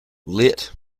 lit